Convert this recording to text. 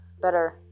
better